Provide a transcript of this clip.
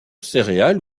céréales